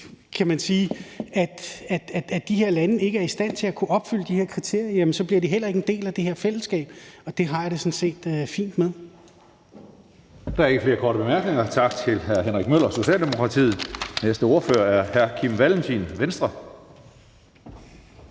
jo, at så længe de her lande ikke er i stand til opfylde de kriterier, bliver de heller ikke en del af det her fællesskab, og det har jeg det sådan set fint med. Kl. 16:15 Tredje næstformand (Karsten Hønge): Der er ikke flere korte bemærkninger. Tak til hr. Henrik Møller, Socialdemokratiet. Den næste ordfører er hr. Kim Valentin, Venstre.